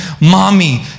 Mommy